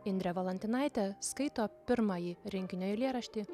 indrė valantinaitė skaito pirmąjį rinkinio eilėraštį